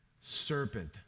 serpent